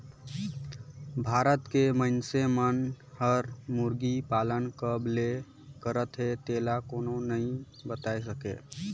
भारत के मइनसे मन हर मुरगी पालन कब ले करत हे तेला कोनो नइ बताय सके